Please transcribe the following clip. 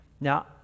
Now